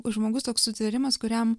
žmogus toks sutvėrimas kuriam